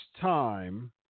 time